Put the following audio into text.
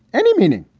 any meaning.